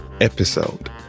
episode